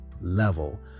level